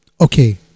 Okay